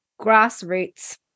grassroots